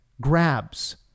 grabs